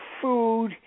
food